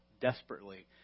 desperately